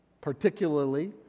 Particularly